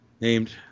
named